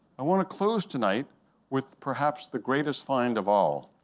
i want to close tonight with perhaps the greatest find of all.